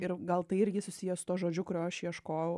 ir gal tai irgi susiję su tuo žodžiu kurio aš ieškojau